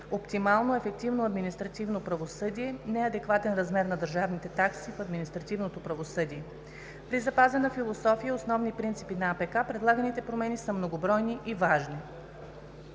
оптимално ефективно административно правосъдие, неадекватен размер на държавните такси в административното правосъдие. При запазена философия и основни принципи на АПК, предлаганите промени са многобройни и важни.